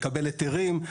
לקבל היתרים.